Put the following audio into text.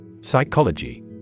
Psychology